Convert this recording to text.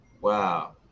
Wow